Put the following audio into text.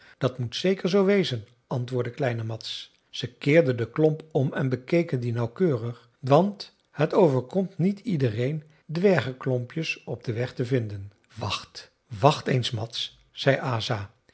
dat moet zeker zoo wezen antwoordde kleine mads zij keerden de klomp om en bekeken die nauwkeurig want het overkomt niet iedereen dwergeklompjes op den weg te vinden wacht wacht eens mads zei asa